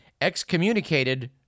excommunicated